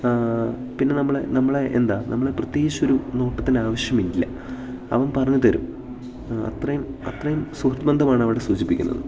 പിന്നെ നമ്മളെ നമ്മളെ എന്താ നമ്മളെ പ്രത്യേകിച്ചൊരു നോട്ടത്തിന് ആവശ്യമില്ല അവൻ പറഞ്ഞു തരും അത്രയും അത്രയും സുഹൃത്ത് ബന്ധമാണ് അവിടെ സൂചിപ്പിക്കുന്നത്